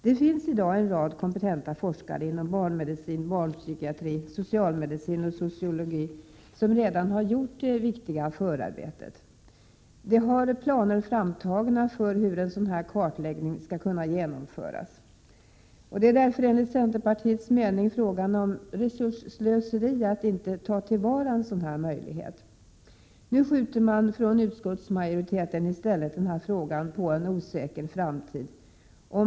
Det finns i dag en rad kompetenta forskare inom barnmedicin, barnpsykiatri, socialmedicin och sociologi som redan har gjort det viktiga förarbetet. De har planer framtagna för hur en sådan här kartläggning skall kunna genomföras. Det är därför enligt centerpartiets mening resursslöseri att inte ta till vara en sådan möjlighet. Nu skjuter utskottsmajoriteten i stället frågan på en osäker framtid.